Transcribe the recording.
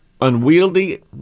unwieldy